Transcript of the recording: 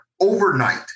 overnight